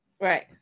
right